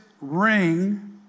ring